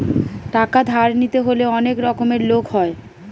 টাকা ধার নিতে হলে অনেক রকমের লোক হয়